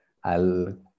al